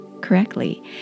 correctly